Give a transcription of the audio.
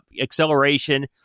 acceleration